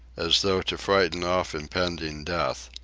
as though to frighten off impending death.